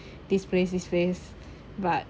this place this place but